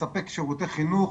לספק שירותי חינוך,